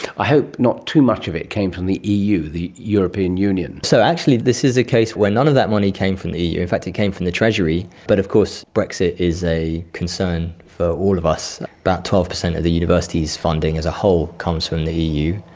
i hope not too much of it came from the eu, the european union. so actually this is a case where none of that money came from the eu, in fact it came from the treasury, but of course brexit is a concern for all of us. about twelve percent of the university's funding as a whole comes from the eu,